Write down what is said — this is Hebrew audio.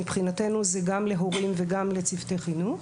מבחינתנו זה גם להורים וגם לצוותי חינוך,